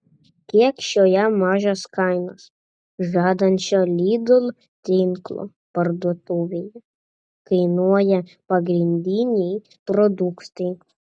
kiek šioje mažas kainas žadančio lidl tinklo parduotuvėje kainuoja pagrindiniai produktai